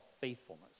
faithfulness